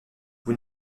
vous